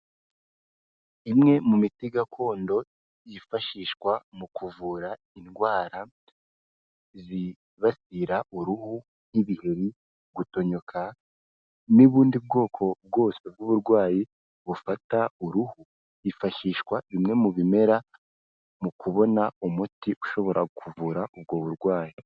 Imwe mu miti gakondo yifashishwa mu kuvura indwara, zibasira uruhu nk'ibiheri, gutonyoka n'ubundi bwoko bwose bw'uburwayi bufata uruhu, hifashishwa bimwe mu bimera mu kubona umuti, ushobora kuvura ubwo burwayi.